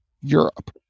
Europe